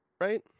right